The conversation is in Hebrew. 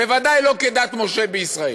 בוודאי לא כדת משה וישראל.